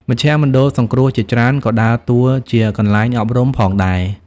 មជ្ឈមណ្ឌលសង្គ្រោះជាច្រើនក៏ដើរតួជាកន្លែងអប់រំផងដែរ។